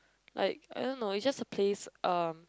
like I don't know is just a place uh